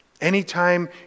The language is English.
anytime